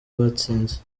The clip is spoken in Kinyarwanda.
batsinze